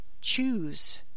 choose